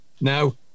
now